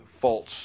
false